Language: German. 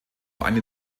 eine